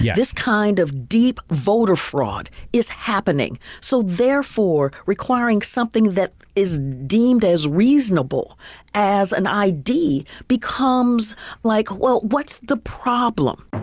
this kind of deep voter fraud is happening, so therefore requiring something that is deemed as reasonable as an id becomes like, well, what's the problem?